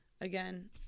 again